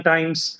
Times